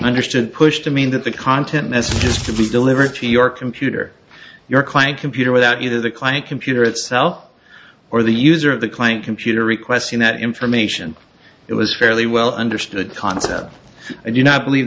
understood push to mean that the content has to be delivered to your computer your client computer without either the client computer itself or the user of the client computer requesting that information it was fairly well understood concept and you know i believe